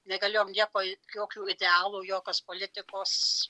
negalėjom nieko jokių idealų jokios politikos